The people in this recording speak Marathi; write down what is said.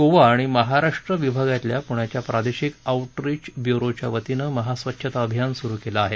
गोवा आणि महाराष्ट्र विभागातल्या पुण्याच्या प्रादेशिक आऊटरीच ब्युरोच्या वतीनं महास्वच्छता अभियान सुरु केलं आहे